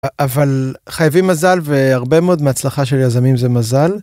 אבל חייבים מזל והרבה מאוד מההצלחה של יזמים זה מזל.